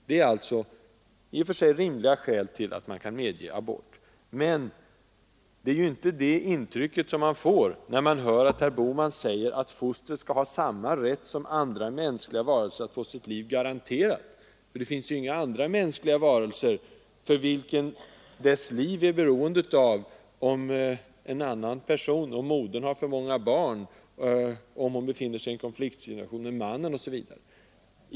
Det är alltså i och för sig rimliga skäl för att abort skall kunna medges. Men det är inte det intrycket som man får, när man hör herr Bohman säga att fostret skall ha samma rätt som andra mänskliga varelser att få sitt liv garanterat. Det finns ju inga andra mänskliga varelser vilkas liv är beroende av om modern har för många barn, om hon befinner sig i konflikt med mannen osv.